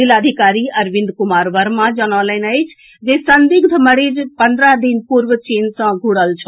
जिलाधिकारी अरविंद कुमार वर्मा जनौलनि अछि जे संदिग्ध मरीज पन्द्रह दिन पूर्व चीन सॅ घूरल छल